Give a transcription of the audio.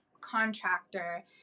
contractor